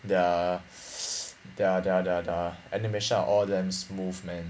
their their their their their animation are all damn smooth man